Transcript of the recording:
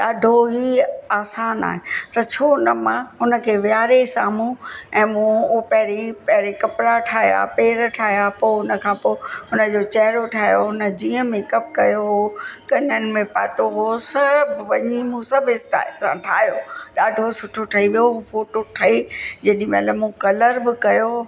ॾाढो ई आसान आहे त छो न मां हुन खे विहारे साम्हूं ऐं मूं उहो पहिरीं पहिरें कपिड़ा ठाहिया पेर ठाहिया पोइ हुन खां पोइ हुन जो चहिरो ठाहियो हुन जीअं मेकाप कयो हो कननि में पातो हो सभु वञी मूं सभु स्ट्याइल सां ठाहियो ॾाढो सुठो ठही वियो हो फोटो ठही जेॾी महिल मूं कलर बि कयो